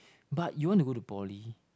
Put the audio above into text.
but you want to go to poly